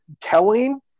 telling